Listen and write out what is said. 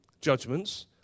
judgments